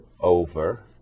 over